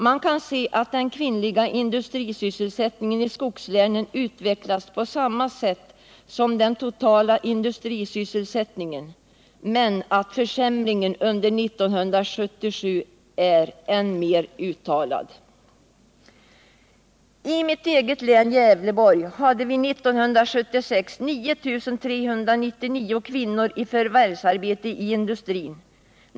Man kan se att den kvinnliga sysselsättningen i skogslänen utvecklats på samma sätt som den totala industrisysselsättningen men att försämringen är än mer uttalad i skogslänen under 1977. I mitt eget län, Gävleborg, hade vi 1976 9 399 kvinnor i förvärvsarbete i industrin.